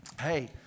hey